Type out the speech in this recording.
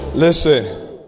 Listen